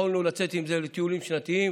יכולנו לצאת עם זה לטיולים שנתיים,